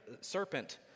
serpent